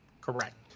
Correct